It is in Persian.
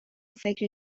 فکر